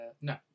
No